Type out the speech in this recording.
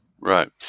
Right